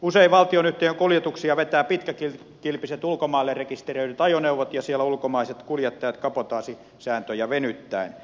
usein valtionyhtiön kuljetuksia vetävät pitkäkilpiset ulkomaille rekisteröidyt ajoneuvot ja siellä ulkomaiset kuljettajat kabotaasisääntöjä venyttäen